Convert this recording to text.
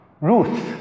Ruth